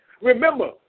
Remember